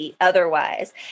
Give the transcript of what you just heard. otherwise